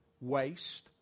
waste